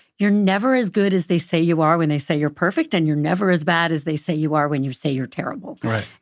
you're never as good as they say you are when they say you're perfect, and you're never as bad as they say you are when you say you're terrible. right.